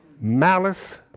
malice